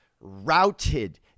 routed